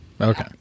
Okay